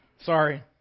sorry